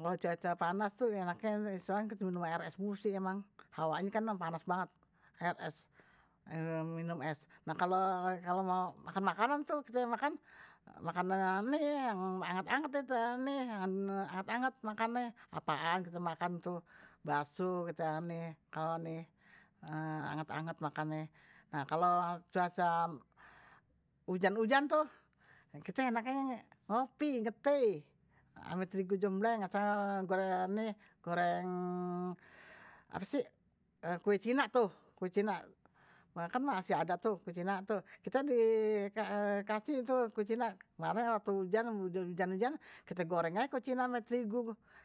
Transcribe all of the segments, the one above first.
Kalo cuaca panas tuh enaknye, istilahnye kite minum air es melulu sih emang, hawanye kan panas banget, air es minum es, nah kalo mau makan makanan tuh kite makan, makan yang anget anget deh tuh ni, apaan kit makan tuh. bakso kita ni kalo ni anget anget makannye. nah kalo cuaca hujan hujan tuh. kite enaknye ngopi ngete ama terigu jembleng asal engga goreng nih apa sih kue cina tuh kue cina. kan masih ada tuh kue cina, kite dikasih tuh kue cina kemaren waktu hujan, hujan hujan kite goreng aje ama terigu. kite goreng kue cina ama terigu,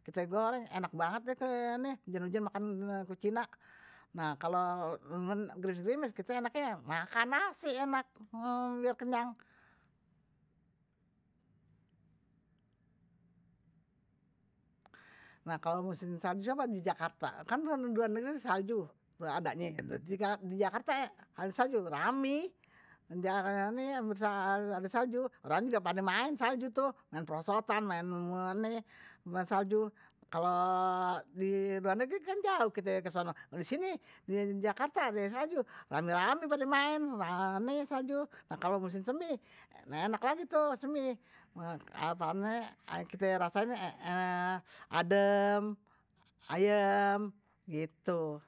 kite goreng enak banget hujan hujan makan kue cina, nah kalo gerimis gerimis kite enaknye makan nasi enak biar kenyang, nah kalo musim salju di jakarta, kan diluar negeri ada salju adanye kalo di jakarta rame kalo ada salju, orang pade maen salju tuh, maen perosotan, maen nih, maen salju kalo diluar negeri kan jauh kite kesononye, disini di jakarta ada salju rame rame pade maen. ni salju nah kalo musim semi enak lagi tuh semi, apaan namenye kite rasain adem, ayem gitu.